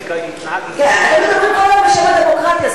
אתם מדברים כל הזמן בשם הדמוקרטיה,